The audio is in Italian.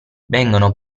vengono